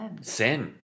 Sin